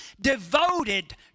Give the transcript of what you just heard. devoted